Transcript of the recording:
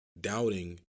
doubting